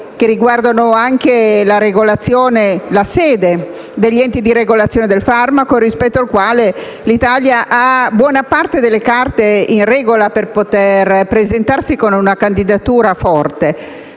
che riguardano anche la sede degli enti di regolazione del farmaco, rispetto ai quali l'Italia ha buona parte delle carte in regola per potersi presentare con una forte candidatura.